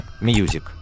Music